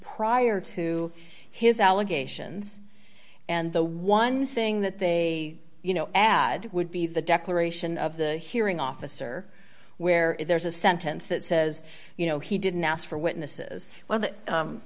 prior to his allegations and the one thing that they you know add would be the declaration of the hearing officer where if there's a sentence that says you know he didn't ask for witnesses well th